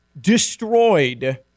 destroyed